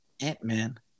Ant-Man